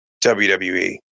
WWE